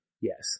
Yes